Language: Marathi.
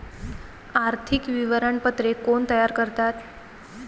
आर्थिक विवरणपत्रे कोण तयार करतात?